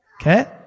Okay